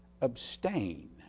abstain